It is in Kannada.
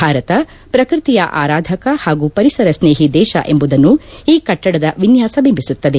ಭಾರತ ಪ್ರಕೃತಿಯ ಆರಾಧಕ ಹಾಗೂ ಪರಿಸರ ಸ್ನೇಹಿ ದೇಶ ಎಂಬುದನ್ನು ಈ ಕಟ್ಟಡದ ವಿನ್ನಾಸ ಬಿಂಬಿಸುತ್ತದೆ